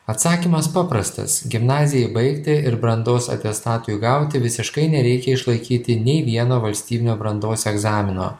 atsakymas paprastas gimnazijai baigti ir brandos atestatui gauti visiškai nereikia išlaikyti nei vieno valstybinio brandos egzamino